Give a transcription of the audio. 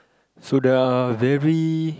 so there are very